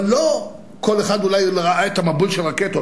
אבל אולי לא כל אחד ראה מבול של רקטות,